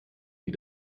die